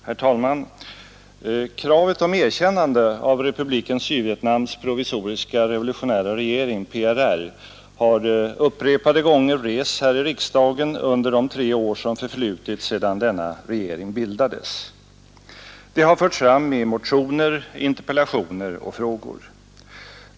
Herr talman! Kravet om erkännande av Republiken Sydvietnams provisoriska revolutionära regering, PRR, har upprepade gånger rests här i riksdagen under de tre år som förflutit sedan denna regering bildades. Det har förts fram i motioner, interpellationer och frågor.